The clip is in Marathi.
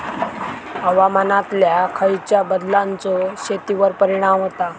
हवामानातल्या खयच्या बदलांचो शेतीवर परिणाम होता?